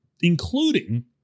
including